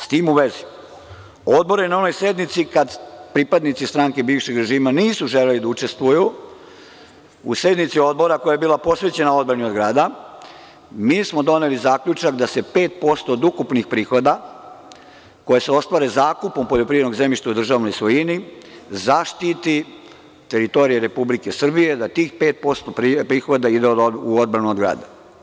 S tim u vezi, Odbor je na onoj sednici, kada pripadnici stranke bivšeg režima nisu želeli da učestvuju u sednici Odbora koja je bila posvećena odbrani od grada, doneo je zaključak da se 5% od ukupnih prihoda koji se ostvare zakupom poljoprivrednog zemljišta u državnoj svojini zaštiti teritorija Republike Srbije, da tih 5% prihoda ide u odbranu od grada.